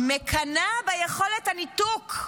אני מקנאה ביכולת הניתוק,